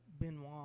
Benoit